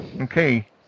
Okay